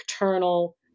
internal